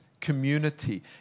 community